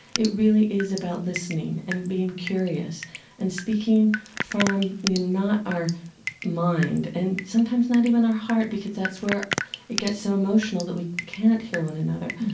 it really is about listening and being curious and speaking from not our mind, and sometimes not even our heart because that's where it gets so emotional that we can't hear one another,